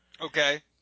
Okay